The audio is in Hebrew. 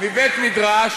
מבית-מדרש